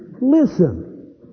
Listen